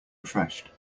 refreshed